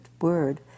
word